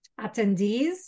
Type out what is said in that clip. attendees